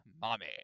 Mommy